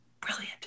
Brilliant